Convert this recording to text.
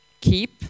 keep